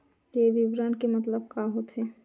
ये विवरण के मतलब का होथे?